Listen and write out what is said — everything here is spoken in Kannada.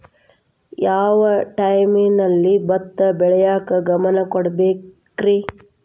ಯಾವ್ ಟೈಮಲ್ಲಿ ಭತ್ತ ಬೆಳಿಯಾಕ ಗಮನ ನೇಡಬೇಕ್ರೇ?